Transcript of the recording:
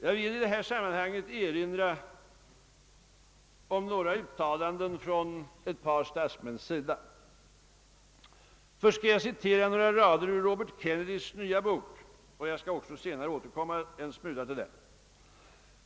Jag vill i detta sammanhang erinra om några uttalanden av ett par statsmän. Först skall jag citera några rader ur Robert Kennedys nya bok, och jag skall också senare återkomma en smula till den.